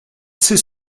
c’est